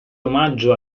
omaggio